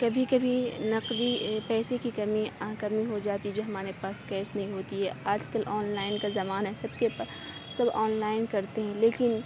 کبھی کبھی نقدی پیسے کی کمی کمی ہو جاتی ہے جو ہمارے پاس کیس نہیں ہوتی ہے آج کل آن لائن کا زمانہ ہے سب کے پاس سب آن لائن کرتے ہیں لیکن